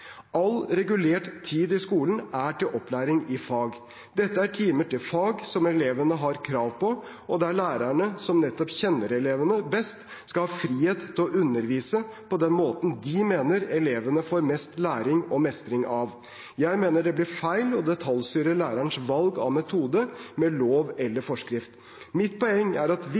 All regulert tid i skolen er til opplæring i fag. Dette er timer til fag som elevene har krav på, og der lærerne, som kjenner elevene best, skal ha frihet til å undervise på den måten de mener elevene får mest læring og mestring av. Jeg mener det blir feil å detaljstyre lærerens valg av metode med lov eller forskrift. Mitt poeng er at